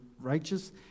righteous